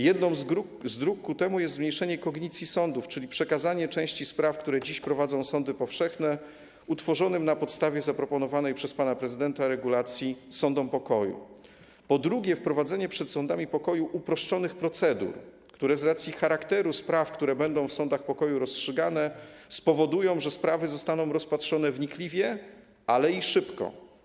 Jedną z dróg ku temu jest zmniejszenie kognicji sądów, czyli przekazanie części spraw, które dziś prowadzą sądy powszechne, utworzonym na podstawie zaproponowanej przez pana prezydenta regulacji sądom pokoju; drugą jest wprowadzenie w przypadku sądów pokoju uproszczonych procedur, które z racji charakteru spraw, jakie będą rozstrzygane w sądach pokoju, spowoduje, że sprawy zostaną rozpatrzone wnikliwie, ale i szybko.